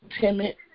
timid